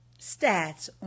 stats